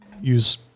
use